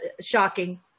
shocking